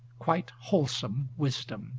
quite wholesome wisdom